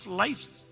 life's